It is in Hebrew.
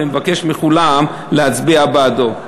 ואני מבקש מכולם להצביע בעדו.